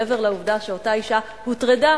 מעבר לעובדה שאותה אשה הוטרדה,